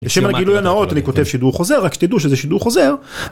‫בשביל הגילוי הנאות ‫אני כותב שידור חוזר, ‫רק שתדעו שזה שידור חוזר.